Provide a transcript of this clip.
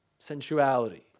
Sensuality